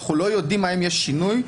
אנחנו לא יודעים אם יש שינוי.